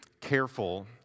careful